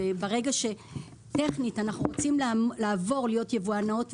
וברגע שטכנית אנחנו רוצים לעבור להיות יבואן נאות,